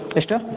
ಎಷ್ಟು